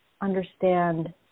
understand